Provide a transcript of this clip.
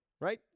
right